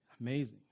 Amazing